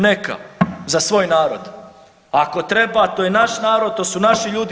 Neka, za svoj narod, ako treba to je naš narod, to su naši ljudi.